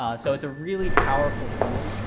so it's a really powerful tool,